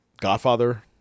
Godfather